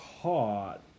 caught